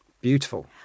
Beautiful